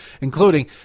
including